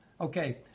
Okay